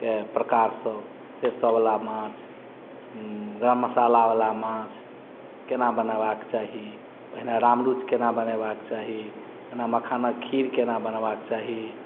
के प्रकार सब सेरसो बला माछ गरम मसाला बला माछ केना बनेबा के चाही ओहिना राम रूइच केना बनेबा के चाही ओना मखानक खीर केना बनेबा के चाही